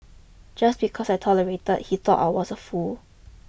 just because I tolerated he thought I was a fool